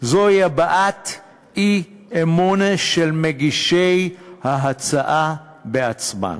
זוהי הבעת אי-אמון של מגישי ההצעה בעצמם,